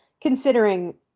considering